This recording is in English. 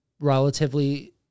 relatively